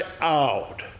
out